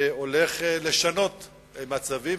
הולך לשנות מהצווים.